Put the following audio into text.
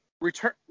return